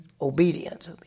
Obedience